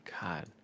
God